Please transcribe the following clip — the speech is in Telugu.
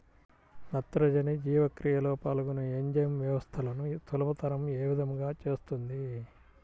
నత్రజని జీవక్రియలో పాల్గొనే ఎంజైమ్ వ్యవస్థలను సులభతరం ఏ విధముగా చేస్తుంది?